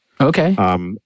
Okay